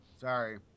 Sorry